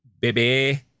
baby